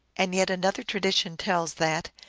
and yet another tradition tells that,